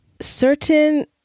Certain